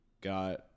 got